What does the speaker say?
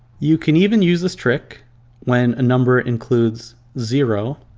you can even use this trick when a number includes zero.